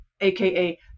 aka